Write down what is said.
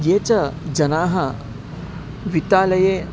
ये च जनाः वित्तालये